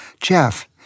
Jeff